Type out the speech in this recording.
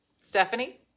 Stephanie